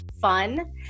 fun